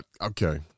Okay